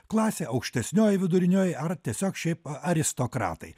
klasė aukštesnioji vidurinioji ar tiesiog šiaip aristokratai